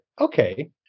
okay